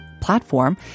platform